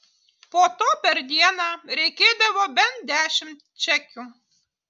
po to per dieną reikėdavo bent dešimt čekių